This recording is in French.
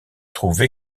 trouvent